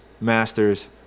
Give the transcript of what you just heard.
Masters